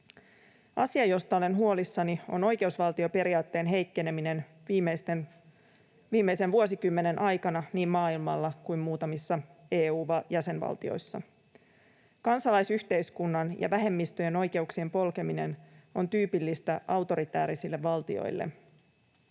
Asia, josta olen huolissani, on oikeusvaltioperiaatteen heikkeneminen viimeisen vuosikymmenen aikana niin maailmalla kuin muutamissa EU:n jäsenvaltioissa. Kansalaisyhteiskunnan ja vähemmistöjen oikeuksien polkeminen on tyypillistä autoritäärisille valtioille.